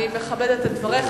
אני מכבדת את דבריך.